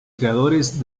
creadores